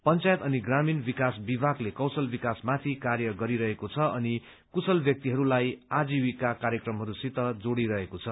पंचायत अनि ग्रामीण विकास विभागले कौशल विभागले कौशल विकासमाथि कार्य गरिरहेको छ अनि कुशल व्यक्तिहरूलाई आजीविका कार्यक्रमहरूसित जोड़िरहेको छ